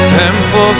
tempo